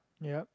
yup